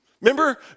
Remember